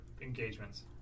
engagements